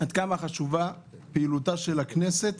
עד כמה חשובים פעילותה של הכנסת